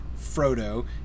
Frodo